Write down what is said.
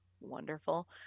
wonderful